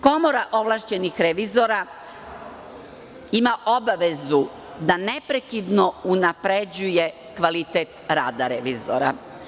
Komora ovlašćenih revizora ima obavezu da neprekidno unapređuje kvalitet rada revizora.